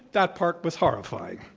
that part was horrifying.